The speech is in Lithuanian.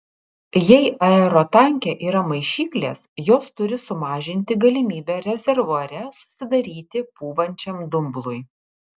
jei aerotanke yra maišyklės jos turi sumažinti galimybę rezervuare susidaryti pūvančiam dumblui